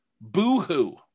Boo-hoo